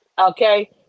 Okay